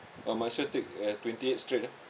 uh might as well take uh twenty-eight straight ah